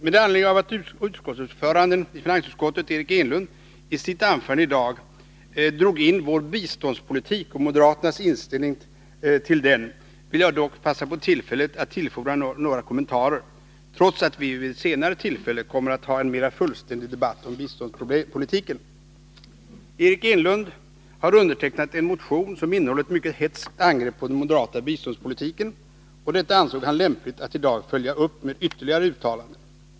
Med anledning av att utskottsordföranden Eric Enlund i sitt anförande i dag drog in vår biståndspolitik och moderaternas inställning till den vill jag passa på tillfället att göra några kommentarer, trots att vi vid ett senare tillfälle kommer att ha en mera fullständig debatt om biståndspolitiken. Eric Enlund har undertecknat en motion som innehåller ett mycket hätskt angrepp på den moderata biståndspolitiken, och detta ansåg han lämpligt att i dag följa upp med ytterligare uttalanden.